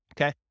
Okay